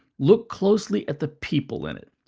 look closely at the people in it.